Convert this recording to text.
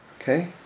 Okay